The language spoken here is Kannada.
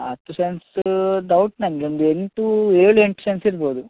ಹತ್ತು ಸೆಂಟ್ಸು ಡೌಟ್ ನನಗೆ ಒಂದು ಎಂಟು ಏಳು ಎಂಟು ಸೆಂಟ್ಸ್ ಇರಬೋದು